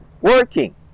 working